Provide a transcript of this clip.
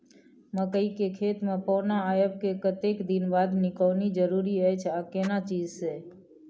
मकई के खेत मे पौना आबय के कतेक दिन बाद निकौनी जरूरी अछि आ केना चीज से?